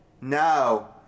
no